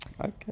Okay